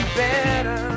better